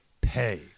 pay